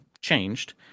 changed